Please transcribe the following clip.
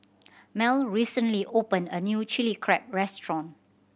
Mal recently opened a new Chilli Crab restaurant